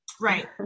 right